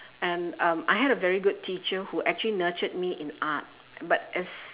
and um I had a very good teacher who actually nurtured me in art but as